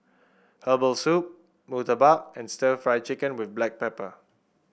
Herbal Soup murtabak and stir Fry Chicken with Black Pepper